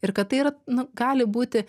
ir kad tai yra nu gali būti